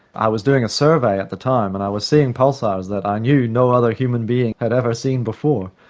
i was doing a survey at the time and i was seeing pulsars that i knew no other human being had ever seen before,